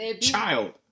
child